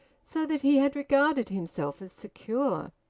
so that he had regarded himself as secure.